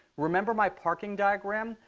remember my parking diagram.